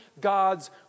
God's